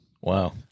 wow